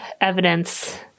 evidence